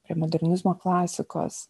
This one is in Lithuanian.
prie modernizmo klasikos